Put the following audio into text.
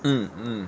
mm mm